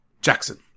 Jackson